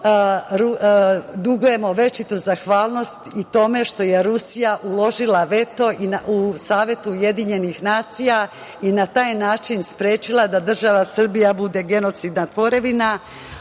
dugujemo večitu zahvalnost i tome što je Rusija uložila veto u Savetu Ujedinjenih nacija i na taj način sprečila da država Srbija bude genocidna tvorevina,